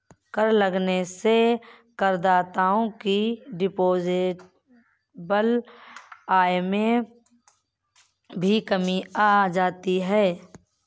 कर लगने से करदाताओं की डिस्पोजेबल आय में भी कमी आ जाती है